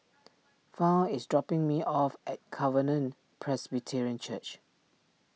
Fount is dropping me off at Covenant Presbyterian Church